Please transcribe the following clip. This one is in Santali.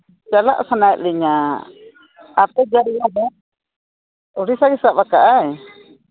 ᱪᱟᱞᱟᱜ ᱥᱟᱱᱟᱭᱮᱫ ᱞᱤᱧᱟ ᱟᱯᱮ ᱡᱟᱭᱜᱟ ᱫᱚ ᱩᱲᱤᱥᱥᱟ ᱜᱮ ᱥᱟᱵ ᱠᱟᱜᱼᱟᱭ